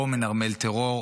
או מנרמל טרור,